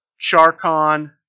Charcon